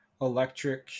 electric